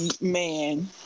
man